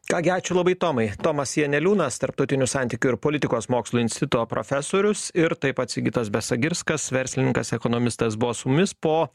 ką gi ačiū labai tomai tomas janeliūnas tarptautinių santykių ir politikos mokslų instituto profesorius ir taip pat sigitas besagirskas verslininkas ekonomistas buvo su mumis po